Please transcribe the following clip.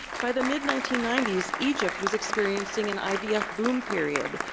by the mid nineteen ninety s, egypt was experiencing an ivf boom period,